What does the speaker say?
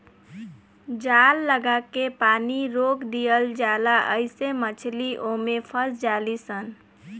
जाल लागा के पानी रोक दियाला जाला आइसे मछली ओमे फस जाली सन